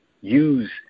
use